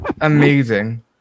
amazing